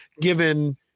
given